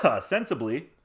sensibly